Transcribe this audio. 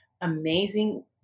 amazing